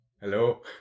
Hello